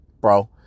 bro